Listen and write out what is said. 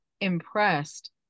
impressed